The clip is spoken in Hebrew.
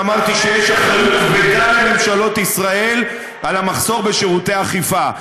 ואמרתי שיש אחריות כבדה לממשלות ישראל למחסור בשירותי אכיפה.